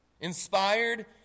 Inspired